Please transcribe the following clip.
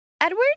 Edward